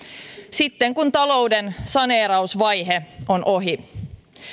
sitten kun talouden saneerausvaihe on ohi